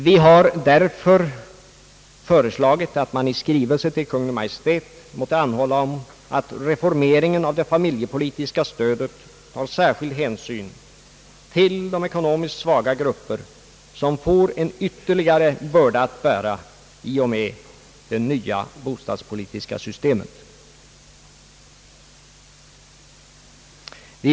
Vi har därför föreslagit att man i skrivelse till Kungl. Maj:t måtte anhålla om att reformeringen av det familjepolitiska stödet tar särskild hänsyn till de ekonomiskt svaga grupper som får en ytterligare börda att bära i och med det nya bostadspolitiska systemet.